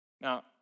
Now